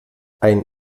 ein